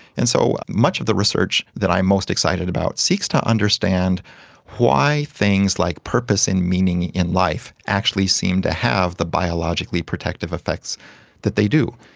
and so much of the research that i'm most excited about seeks to understand why things like purpose and meaning in life actually seem to have the biologically protective effects that they do.